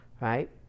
Right